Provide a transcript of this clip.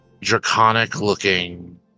draconic-looking